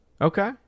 Okay